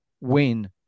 win